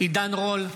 עידן רול,